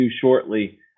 shortly